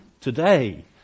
today